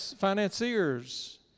financiers